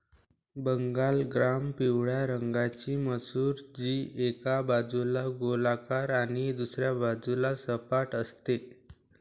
Bengal gram पिवळ्या रंगाची मसूर, जी एका बाजूला गोलाकार आणि दुसऱ्या बाजूला सपाट असते